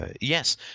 yes